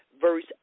verse